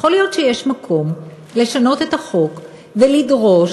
יכול להיות שיש מקום לשנות את החוק ולדרוש